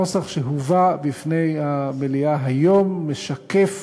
הנוסח שהובא לפני המליאה היום משקף